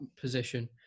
position